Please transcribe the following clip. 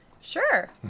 sure